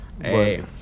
Hey